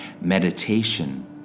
meditation